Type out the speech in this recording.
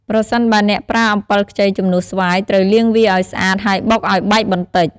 ប្រសិនបើអ្នកប្រើអំពិលខ្ចីជំនួសស្វាយ ត្រូវលាងវាឲ្យស្អាត ហើយបុកឲ្យបែកបន្តិច។